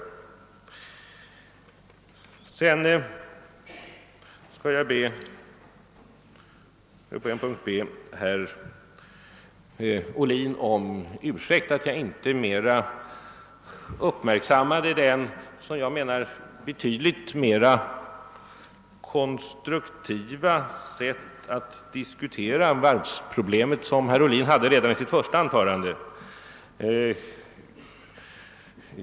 Jag skall vidare be herr Ohlin om ursäkt för att jag på en punkt inte uppmärksammade det betydligt mera konstruktiva sätt på vilket herr Ohlin diskuteradé varvsproblemet redan i sitt första anförande.